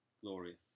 glorious